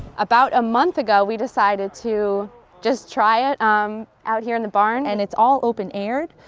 about a month ago we decided to just try it um out here in the barn. and it's all open aired,